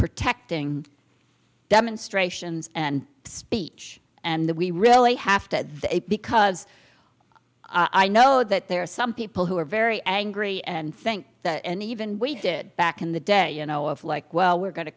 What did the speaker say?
protecting demonstrations and speech and that we really have to because i know that there are some people who are very angry and think that and even we did back in the day you know if like well we're going to